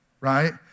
right